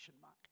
mark